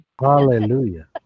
Hallelujah